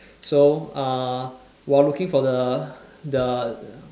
so uh while looking for the the